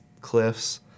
cliffs